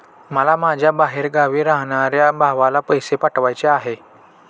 मला माझ्या बाहेरगावी राहणाऱ्या भावाला पैसे पाठवायचे आहे